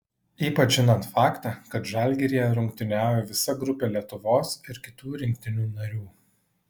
ypač žinant faktą kad žalgiryje rungtyniauja visa grupė lietuvos ir kitų rinktinių narių